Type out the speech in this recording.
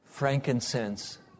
frankincense